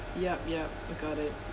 yup yup I got it